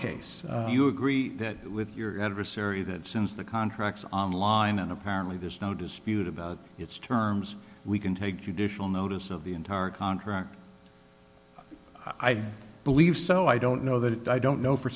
case you agree that with your adversary that since the contracts online and apparently there's no dispute about its terms we can take judicial notice of the entire contract i believe so i don't know that i don't know for